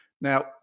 Now